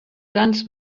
guns